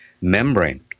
membrane